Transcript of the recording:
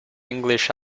english